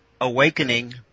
awakening